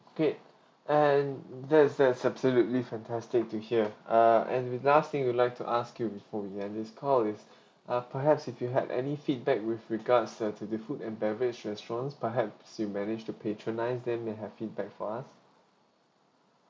great and that's that's absolutely fantastic to hear uh and the last thing we'd like to ask you before we end this call is uh perhaps if you have any feedback with regards uh to the food and beverage restaurant perhaps you manage to patronise then may have feedback for us